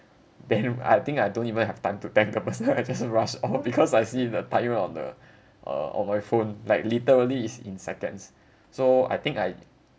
then I think I don't even have time to thank the person I just rush off because I see the time on the uh on my phone like literally is in seconds so I think I